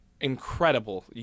incredible